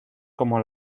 como